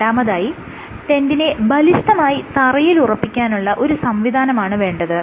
രണ്ടാമതായി ടെന്റിനെ ബലിഷ്ഠമായി തറയിൽ ഉറപ്പിക്കാനുള്ള ഒരു സംവിധാനമാണ് വേണ്ടത്